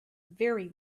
very